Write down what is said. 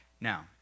Now